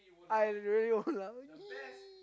I really won't laught